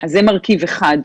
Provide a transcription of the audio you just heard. זה מרכיב אחד.